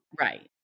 Right